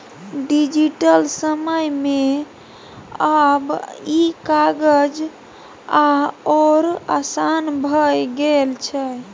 digital समय मे आब ई काज आओर आसान भए गेल छै